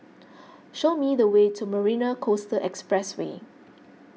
show me the way to Marina Coastal Expressway